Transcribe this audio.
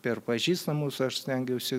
per pažįstamus aš stengiausi